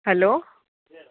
hello